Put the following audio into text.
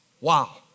Wow